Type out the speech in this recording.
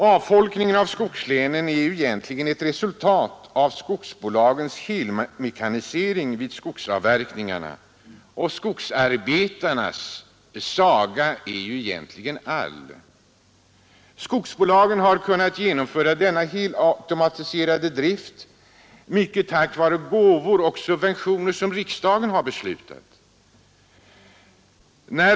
Avfolkningen av skogslänen är ju egentligen ett resultat av skogsbolagens helmekanisering vid skogsavverkningarna, och skogsarbetarnas saga är egentligen all. Skogsbolagen har kunnat genomföra denna helautomatiserade drift mycket tack vare gåvor och subventioner som riksdagen beslutat om.